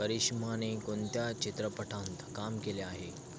करिष्माने कोणत्या चित्रपटांत काम केले आहे